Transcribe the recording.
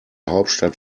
hauptstadt